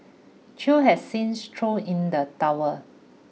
chew has since thrown in the towel